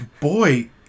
Boy